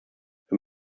wir